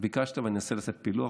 ביקשת ואני אנסה לעשות פילוח.